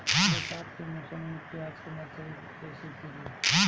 बरसात के मौसम में प्याज के नर्सरी कैसे गिरी?